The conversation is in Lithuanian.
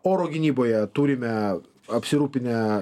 oro gynyboje turime apsirūpinę